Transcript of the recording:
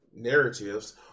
narratives